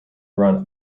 run